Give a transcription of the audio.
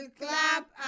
clap